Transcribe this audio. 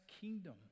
kingdom